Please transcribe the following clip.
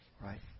Right